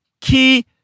key